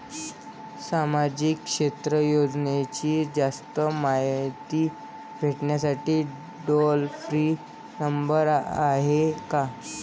सामाजिक क्षेत्र योजनेची जास्त मायती भेटासाठी टोल फ्री नंबर हाय का?